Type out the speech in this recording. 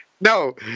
No